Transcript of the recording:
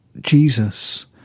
Jesus